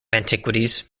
antiquities